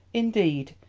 indeed,